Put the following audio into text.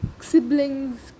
siblings